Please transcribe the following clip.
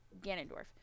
Ganondorf